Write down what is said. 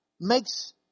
makes